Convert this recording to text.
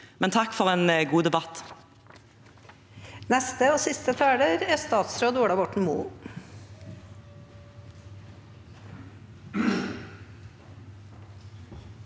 Takk for en god debatt.